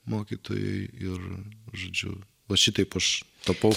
mokytojui ir žodžiu va šitaip aš tapau